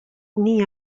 nii